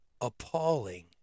appalling